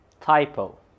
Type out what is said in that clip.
Typo